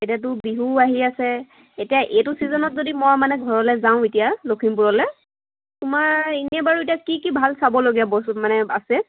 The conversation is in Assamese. এতিয়াতো বিহুও আহি আছে এতিয়া এইটো ছিজনত যদি মই মানে ঘৰলৈ যাওঁ এতিয়া লখিমপুৰলৈ তোমাৰ এনেই বাৰু এতিয়া কি কি ভাল চাবলগীয়া বস্তু মানে আছে